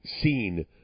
seen